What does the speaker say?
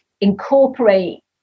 incorporate